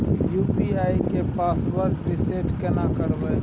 UPI के password reset केना करबे?